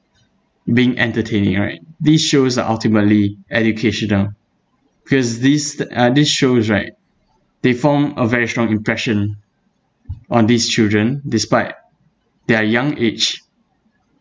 being entertaining right these shows are ultimately educational because this th~ uh these shows right they formed a very strong impression on these children despite their young age